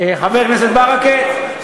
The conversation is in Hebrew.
חבר הכנסת ברכה,